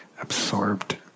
absorbed